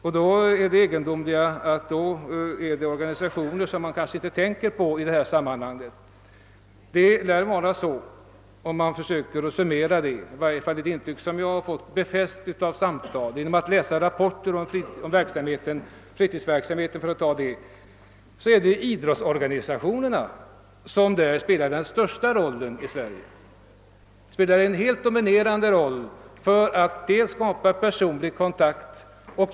De insatser som görs kommer ofta från organisationer vilka man kanske inte tänker på i detta sammanhang. Om man läser rapporter om t.ex. fritidsverksamheten finner man att det är idrottsorganisationerna — och jag har fått detta intryck befäst genom samtal med berörda personer — som därvid lag spelar den största rollen i vårt land. De har en helt dominerande roll när det gäller att skapa personlig kontakt.